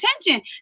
attention